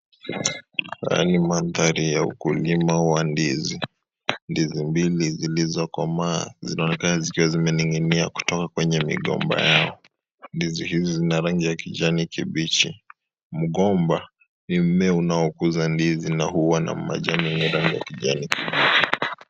Haya ni mandhari ya ukulima wa ndizi. Ndizi mbili zilizokomaa zinaonekana zikiwa zimening'inia kutoka kwenye migomba yao. Ndizi hizi zina rangi ya kijani kibichi. Mgomba ni mmea unaokuza ndizi na huwa na majani ya rangi ya kijani kibichi.